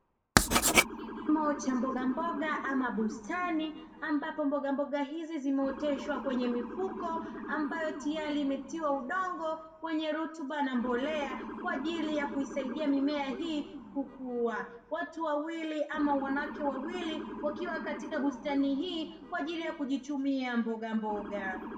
Kilimo cha mbogamboga ama bustani ambapo mbogamboga hizi zimeoteshwa kwenye mifuko ambayo tayari imetiwa udongo wenye rutuba na mbolea kwa ajili ya kuisaidia mimea hii kukua. Watu wawili ama wanawake wawili wakiwa katika bustani hii kwa ajili ya kujichumia mbogamboga.